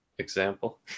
Example